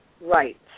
Right